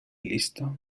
listo